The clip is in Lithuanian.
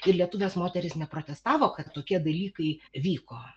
ir lietuvės moterys neprotestavo kad tokie dalykai vyko